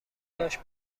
داشت